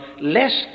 lest